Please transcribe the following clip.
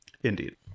Indeed